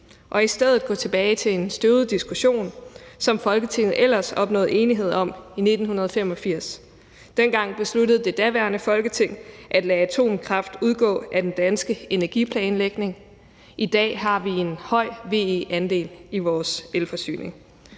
og i stedet gå tilbage til en støvet diskussion, som Folketinget ellers opnåede enighed om i 1985. Dengang besluttede det daværende Folketing at lade atomkraft udgå af den danske energiplanlægning; i dag har vi en høj VE-andel i vores elforsyning.